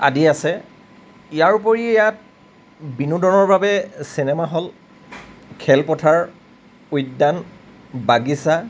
আদি আছে ইয়াৰোপৰি ইয়াত বিনোদনৰ বাবে চিনেমা হল খেলপথাৰ উদ্যান বাগিছা